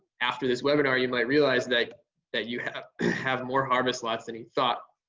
after this webinar you might realize like that you have and have more harvest lots than you thought.